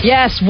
Yes